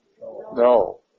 No